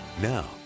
Now